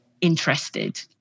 interested